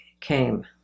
came